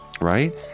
right